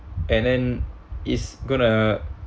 and then is gonna